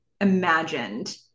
imagined